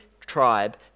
tribe